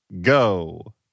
go